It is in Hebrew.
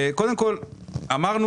אמרנו